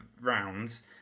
rounds